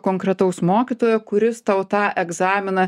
konkretaus mokytojo kuris tau tą egzaminą